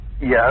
Yes